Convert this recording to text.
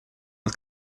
над